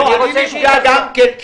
אני נפגע גם כן,